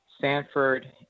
Sanford